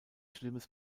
schlimmes